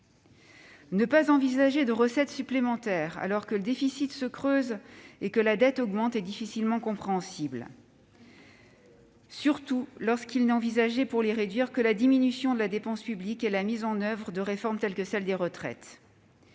Ne pas envisager de recettes supplémentaires alors que le déficit se creuse et que la dette augmente est difficilement compréhensible, lorsque ne sont envisagées pour les réduire que la diminution de la dépense publique et la mise en oeuvre de réformes telles que celle des retraites.